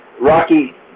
Rocky